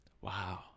Wow